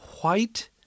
white